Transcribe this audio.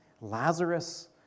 Lazarus